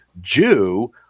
Jew